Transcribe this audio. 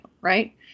Right